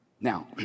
Now